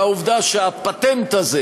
מהעובדה שהפטנט הזה,